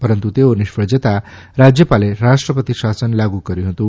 પરંતુ તેઓ નિષ્ફળ જતાં રાજ્યપાલે રાષ્ટ્રપતિ શાસન લાગુ કર્યું હતું